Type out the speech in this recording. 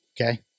Okay